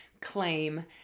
claim